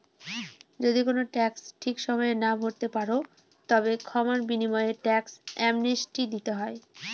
যদি কোনো ট্যাক্স ঠিক সময়ে না ভরতে পারো, তবে ক্ষমার বিনিময়ে ট্যাক্স অ্যামনেস্টি দিতে হয়